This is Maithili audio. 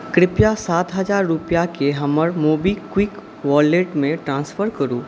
कृपया सात हजार रूपैआकेँ हमर मोबीक्विक वॉलेटमे ट्रांसफर करू